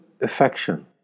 affection